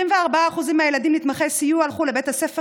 24% מהילדים נתמכי הסיוע הלכו לבית הספר